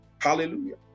Hallelujah